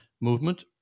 movement